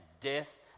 death